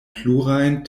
plurajn